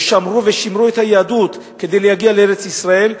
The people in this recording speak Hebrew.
ושמרו ושימרו את היהדות כדי להגיע לארץ-ישראל.